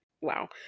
Wow